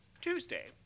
Tuesday